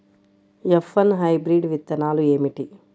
F one hybrid విత్తనాలు ఏమిటి?